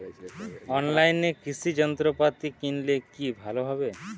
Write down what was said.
অনলাইনে কৃষি যন্ত্রপাতি কিনলে কি ভালো হবে?